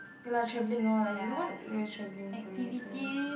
K lah traveling lor as in no one really traveling for me also